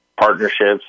partnerships